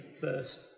first